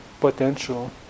potential